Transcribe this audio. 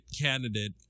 candidate